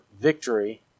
victory